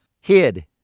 hid